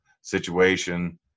situation